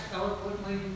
eloquently